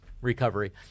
Recovery